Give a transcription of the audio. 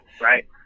Right